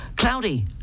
Cloudy